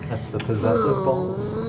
that's the possessive balls.